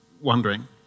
wondering